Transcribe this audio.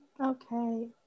Okay